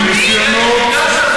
זה לא באמת מעניין אותה.